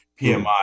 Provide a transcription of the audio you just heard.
PMI